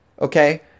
okay